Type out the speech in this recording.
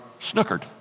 snookered